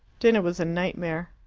dinner was a nightmare.